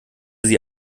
sie